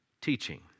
teaching